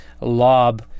LOB